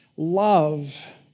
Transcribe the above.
Love